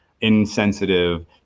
insensitive